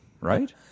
right